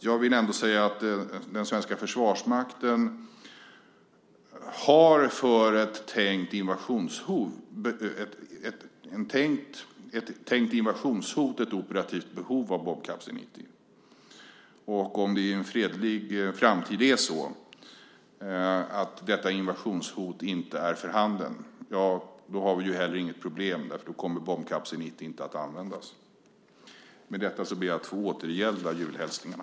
Jag vill ändå säga att den svenska Försvarsmakten för ett tänkt invasionshot har ett operativt behov av bombkapsel 90. Om det i en fredlig framtid är så att detta invasionshot inte är för handen har vi heller inget problem. Då kommer bombkapsel 90 inte att användas. Med detta ber jag att få återgälda julhälsningarna.